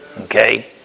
Okay